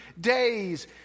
days